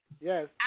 Yes